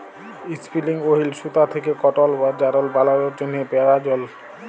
ইসপিলিং ওহিল সুতা থ্যাকে কটল বা যারল বালালোর জ্যনহে পেরায়জল